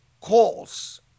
calls